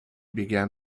began